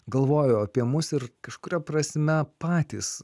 galvojo apie mus ir kažkuria prasme patys